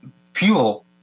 fuel